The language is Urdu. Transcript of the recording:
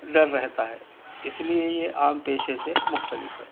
ڈر رہتا ہے اس لئے یہ عام پیشے سے مختلف ہے